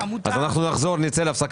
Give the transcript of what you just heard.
עמותות אחרות שהוא מנהל,